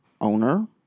owner